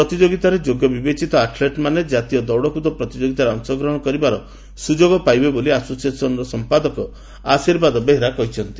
ପ୍ରତିଯୋଗିତାରେ ଯୋଗ୍ୟ ବିବେଚିତ ଆଥ୍ଲେଟ୍ ମାନେ ଜାତୀୟ ଦୌଡ଼କୁଦ ପ୍ରତିଯୋଗିତାରେ ଅଂଶଗ୍ରହଶ କରିବାର ସୁଯୋଗ ପାଇବେ ବୋଲି ଆସୋସିଏସନର ସଂପାଦକ ଆଶୀର୍ବାଦ ବେହେରା କହିଛନ୍ତି